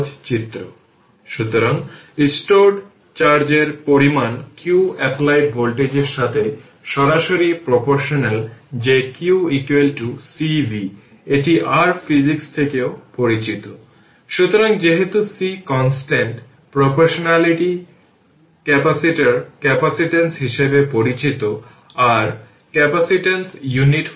যদি সুইচটি দীর্ঘ সময়ের জন্য ক্লোজ থাকে তার মানে t এর ভ্যালু 0 হবে সুইচটি ওপেন হয়েছে অন্যথায় এটি ক্লোজ ছিল